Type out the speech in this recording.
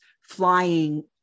flying